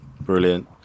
Brilliant